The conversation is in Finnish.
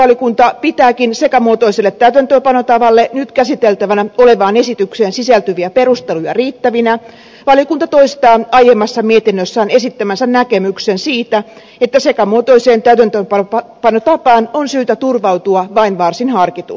vaikka lakivaliokunta pitääkin sekamuotoiselle täytäntöönpanotavalle nyt käsiteltävänä olevaan esitykseen sisältyviä perusteluja riittävinä valiokunta toistaa aiemmassa mietinnössään esittämänsä näkemyksen siitä että sekamuotoiseen täytäntöönpanotapaan on syytä turvautua vain varsin harkitusti